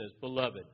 Beloved